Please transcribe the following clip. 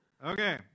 Okay